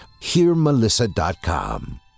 hearmelissa.com